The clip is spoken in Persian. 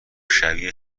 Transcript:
شبیه